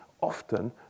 Often